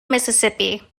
mississippi